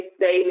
daily